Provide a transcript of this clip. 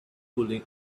cooling